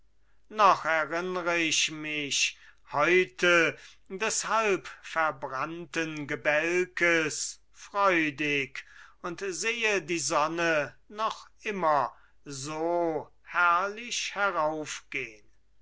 noch erinnr ich mich heute des halbverbrannten gebälkes freudig und sehe die sonne noch immer so herrlich heraufgehn